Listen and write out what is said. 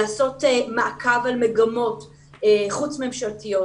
לעשות מעקב על מגמות חוץ-ממשלתיות,